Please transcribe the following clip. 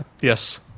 Yes